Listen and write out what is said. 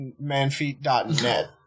manfeet.net